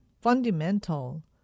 fundamental